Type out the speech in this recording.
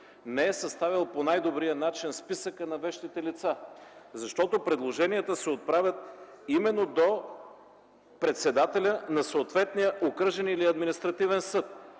не е съставил по най-добрия начин списъка на вещите лица, защото предложенията се отправят именно до председателя на съответния Окръжен или Административен съд.